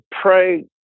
pray